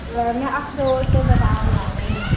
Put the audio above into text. में अखरोट ते बदाम लैने